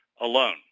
alone